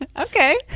okay